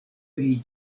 pri